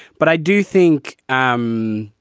but i do think um